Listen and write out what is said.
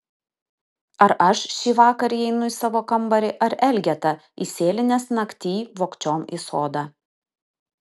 ar aš šįvakar įeinu į savo kambarį ar elgeta įsėlinęs naktyj vogčiom į sodą